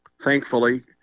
thankfully